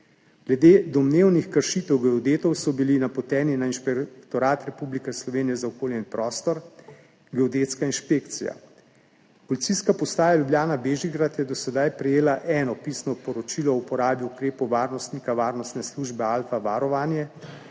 Glede domnevnih kršitev geodetov so bili napoteni na Inšpektorat Republike Slovenije za okolje in prostor, Geodetska inšpekcija. Policijska postaja Ljubljana Bežigrad je do sedaj prejela eno pisno poročilo o uporabi ukrepov varnostnika varnostne službe Alfa varovanje,